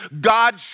God